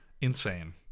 Insane